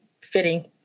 fitting